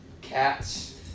cats